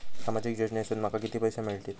सामाजिक योजनेसून माका किती पैशे मिळतीत?